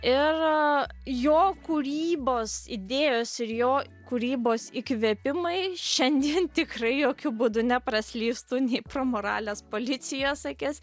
ir jo kūrybos idėjos ir jo kūrybos įkvėpimai šiandien tikrai jokiu būdu nepraslystų pro moralės policijos akis